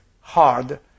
hard